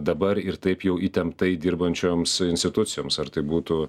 dabar ir taip jau įtemptai dirbančioms institucijoms ar tai būtų